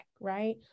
right